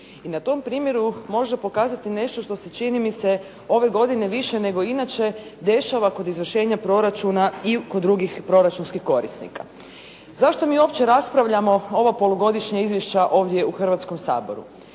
i na tom primjeru možda pokazati nešto što se čini mi se ove godine više nego inače dešava kod izvršenja proračuna i kod drugih proračunskih korisnika. Zašto mi uopće raspravljamo ova polugodišnja izvješća ovdje u Hrvatskom saboru?